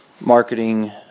marketing